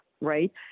right